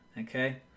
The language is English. Okay